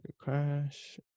crash